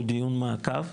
הוא דיון מעקב.